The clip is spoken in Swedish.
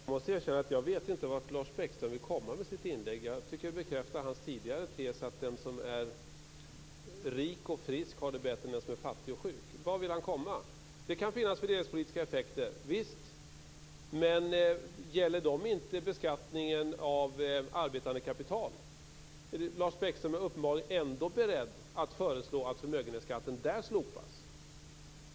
Fru talman! Jag måste erkänna att jag inte vet vart Lars Bäckström vill komma med sitt inlägg. Jag tycker att det bekräftar hans tidigare tes att den som är rik och frisk har det bättre än den som är fattig och sjuk. Det kan finnas fördelningspolitiska effekter. Men gäller det inte beskattningen av arbetande kapital? Lars Bäckström är uppenbarligen ändå beredd att föreslå att förmögenhetsskatten slopas där.